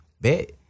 bet